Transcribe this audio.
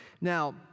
Now